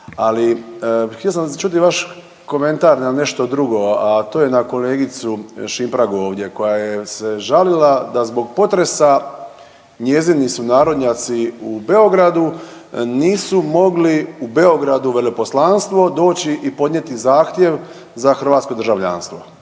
ali htio sam čuti vaš komentar na nešto drugo. A to je na kolegicu Šimpragu ovdje koja je se žalila da zbog potresa njezini sunarodnjaci u Beogradu nisu mogli u Beogradu u veleposlanstvo doći i podnijeti zahtjev za hrvatsko državljanstvo.